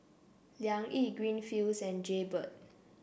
Liang Yi Greenfields and Jaybird